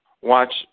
watch